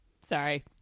sorry